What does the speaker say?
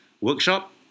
workshop